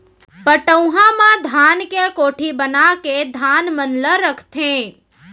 पटउहां म धान के कोठी बनाके धान मन ल रखथें